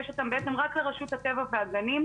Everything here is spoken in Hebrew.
יש אותן בעצם רק לרשות הטבע והגנים,